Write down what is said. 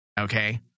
Okay